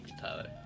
Tyler